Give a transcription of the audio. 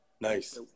Nice